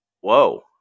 whoa